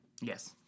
Yes